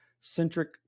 centric